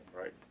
right